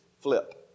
flip